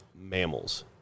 mammals